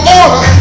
order